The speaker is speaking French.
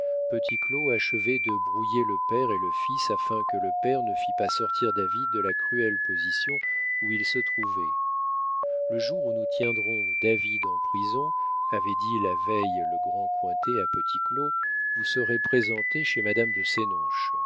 petit claud achevait de brouiller le père et le fils afin que le père ne fît pas sortir david de la cruelle position où il se trouvait le jour où nous tiendrons david en prison avait dit la veille le grand cointet à petit claud vous serez présenté chez madame de